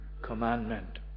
Commandment